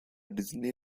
disney